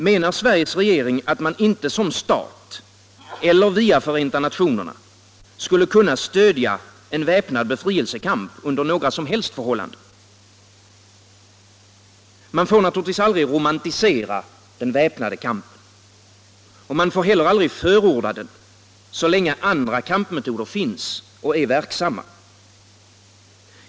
Menar Sveriges regering, att man inte som stat eller via Förenta nationerna skulle kunna stödja en väpnad befrielsekamp under några som helst förhållanden? Man får naturligtvis aldrig romantisera den väpnade kampen. Man får heller aldrig förorda den, så länge andra kampmetoder finns och är verksamma.